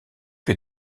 que